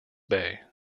bay